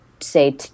say